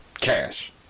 cash